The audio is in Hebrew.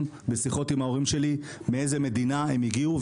בשיחות עם ההורים שלי מאיזו מדינה הם הגיעו,